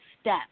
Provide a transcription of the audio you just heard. step